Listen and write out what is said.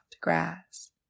grass